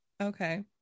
okay